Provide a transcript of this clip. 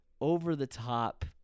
over-the-top